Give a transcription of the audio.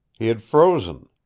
he had frozen.